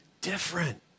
different